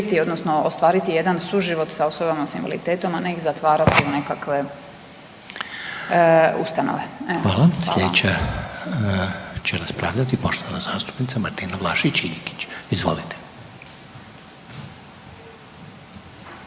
odnosno ostvariti jedan suživot s osobama s invaliditetom, a ne ih zatvarati u nekakve ustanove. **Reiner, Željko (HDZ)** Hvala. Sljedeća će raspravljati poštovana zastupnica Martina Vlašić Iljkić. Izvolite.